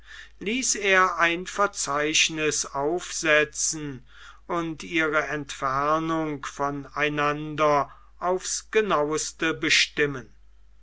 ließ er ein verzeichniß aufsetzen und ihre entfernungen von einander aufs genaueste bestimmen